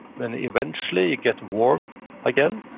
then eventually you get warm again,